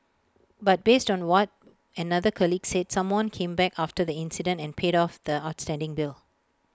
but based on what another colleague said someone came back after the incident and paid off the outstanding bill